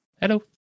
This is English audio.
hello